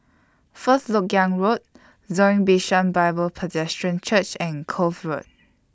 First Lok Yang Road Zion Bishan Bible Presbyterian Church and Kloof Road